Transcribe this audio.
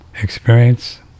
Experience